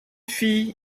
fille